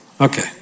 Okay